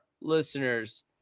listeners